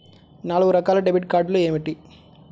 నాలుగు రకాల డెబిట్ కార్డులు ఏమిటి?